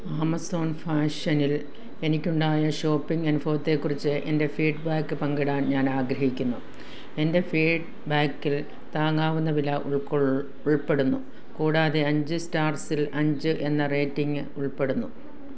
Amazon ഫാഷനിൽ എനിക്കുണ്ടായ shopping അനുഭവത്തെക്കുറിച്ച് എൻ്റെ ഫീഡ് ബാക്ക് പങ്കിടാൻ ഞാനാഗ്രഹിക്കുന്നു എൻ്റെ ഫീഡ് ബാക്കിൽ താങ്ങാവുന്ന വില ഉൾക്കൊള്ളുന്നു ഉൾപ്പെടുന്നു കൂടാതെ അഞ്ച് സ്റ്റാർസിൽ അഞ്ച് എന്ന റേറ്റിംഗ് ഉൾപ്പെടുന്നു